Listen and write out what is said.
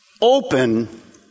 Open